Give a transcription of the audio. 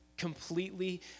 completely